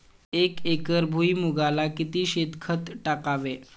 एक एकर भुईमुगाला किती शेणखत टाकावे?